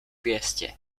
pěstě